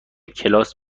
کلاس